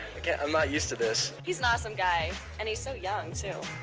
i'm not used to this. he's an awesome guy. and he's so young too.